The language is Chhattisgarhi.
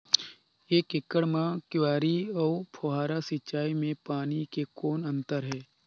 एक एकड़ म क्यारी अउ फव्वारा सिंचाई मे पानी के कौन अंतर हे?